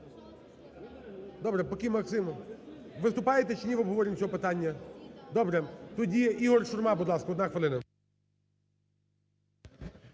Добре, поки Максим… Виступаєте чи ні в обговоренні цього питання? Добре. Тоді Ігор Шурма, будь ласка, одна хвилина.